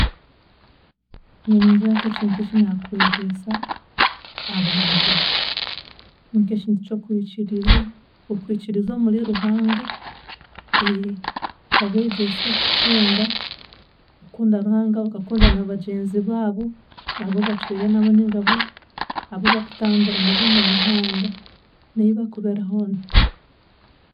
Ningira nk'ekintu eki naakwegyesa abantu ni nk'ekintu ky'okwikiriza okwikiriza omuri Ruhanga, nkabeegyesa okukunda okukunda Ruhanga bakakunda na bagyenzi baabo n'abubatwire nabo ninga abu abubakutambura nabo omu mihanda n'ehi bakubeera hoona.